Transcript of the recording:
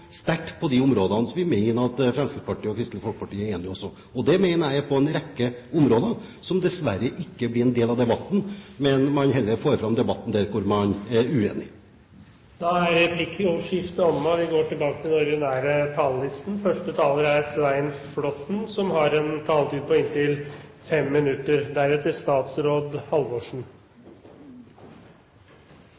sterkt på de områdene der vi mener at Fremskrittspartiet og Kristelig Folkeparti er enige. Det mener jeg vi er på en rekke områder, som dessverre ikke blir en del av debatten, man får heller fram debatten der man er uenig. Replikkordskiftet er omme. Jeg har forstått på flere rød-grønne talere, senest representanten Kolberg, at det er de rød-grønne, og særlig Arbeiderpartiet, som har enerett og monopol på